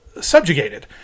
subjugated